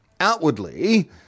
Outwardly